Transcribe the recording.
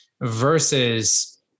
versus